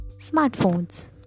smartphones